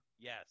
Yes